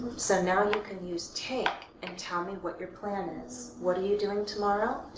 so, now you can use take and tell me what your plan is. what are you doing tomorrow?